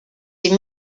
les